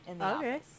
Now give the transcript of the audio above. Okay